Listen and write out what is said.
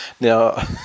now